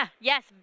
Yes